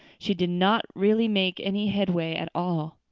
she did not really make any headway at all.